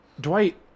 Dwight